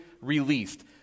released